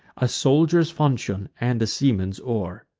a soldier's fauchion, and a seaman's oar.